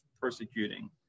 persecuting